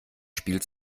spiel